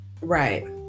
Right